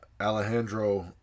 Alejandro